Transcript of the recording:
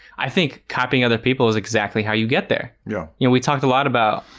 i think copying other people is exactly how you get there yeah, you know we talked a lot about